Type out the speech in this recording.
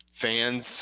fans